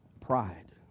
Pride